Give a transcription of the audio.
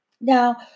Now